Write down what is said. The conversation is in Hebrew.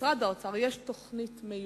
יש תוכנית מיוחדת,